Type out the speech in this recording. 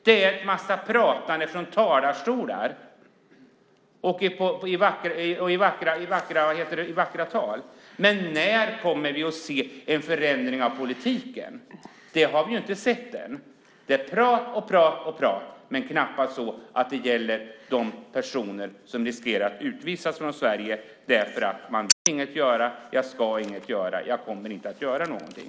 Det är en massa prat från talarstolar och i vackra tal. Men när kommer vi att se en förändring av politiken? Det har vi inte sett än. Det är prat och prat och prat, men det gäller knappast de personer som riskerar att utvisas från Sverige därför att man säger: Jag vill inget göra, jag ska inget göra och jag kommer inte att göra någonting.